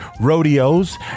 rodeos